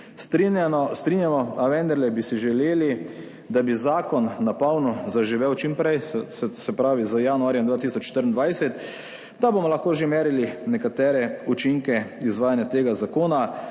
strinjamo, a vendarle bi si želeli, da bi zakon na polno zaživel čim prej, se pravi z januarjem 2024, da bomo lahko že merili nekatere učinke izvajanja tega zakona.